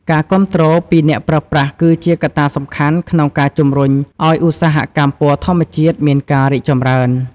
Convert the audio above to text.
ការគាំទ្រពីអ្នកប្រើប្រាស់គឺជាកត្តាសំខាន់ក្នុងការជំរុញឱ្យឧស្សាហកម្មពណ៌ធម្មជាតិមានការរីកចម្រើន។